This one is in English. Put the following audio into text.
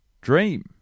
dream